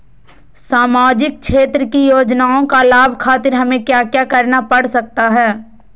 सामाजिक क्षेत्र की योजनाओं का लाभ खातिर हमें क्या क्या करना पड़ सकता है?